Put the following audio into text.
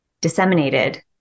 disseminated